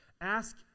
Ask